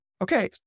Okay